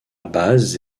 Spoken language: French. base